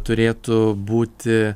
turėtų būti